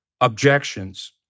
objections